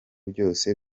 byose